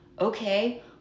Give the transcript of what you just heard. okay